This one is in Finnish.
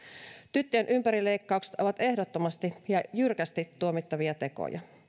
tyttöjen ympärileikkaukset ovat ehdottomasti ja jyrkästi tuomittavia tekoja